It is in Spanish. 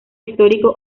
histórico